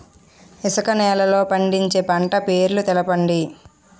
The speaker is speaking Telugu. ఇసుక నేలల్లో పండించే పంట పేర్లు తెలపండి?